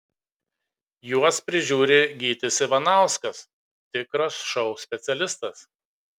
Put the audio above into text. juos prižiūri gytis ivanauskas tikras šou specialistas